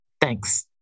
Thanks